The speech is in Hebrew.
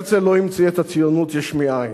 הרצל לא המציא את הציונות יש מאין.